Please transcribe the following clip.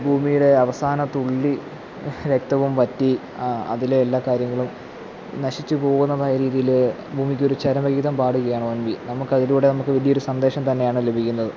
ഭൂമിയുടെ അവസാന തുള്ളി രക്തവും വറ്റി അതിലെ എല്ലാ കാര്യങ്ങളും നശിച്ചു പോകുന്നതായ രീതിയിൽ ഭൂമിക്കൊരു ചരമഗീതം പാടുകയാണ് ഒ എൻ വി നമുക്ക് അതിലൂടെ നമുക്ക് വലിയൊരു സന്ദേശം തന്നെയാണ് ലഭിക്കുന്നത്